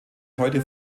heute